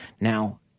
Now